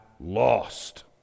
lost